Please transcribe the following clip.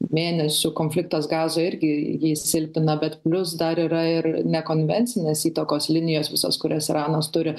mėnesių konfliktas gazoj irgi jį silpnina bet plius dar yra ir nekonvencinės įtakos linijos visos kurias iranas turi